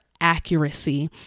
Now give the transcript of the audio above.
accuracy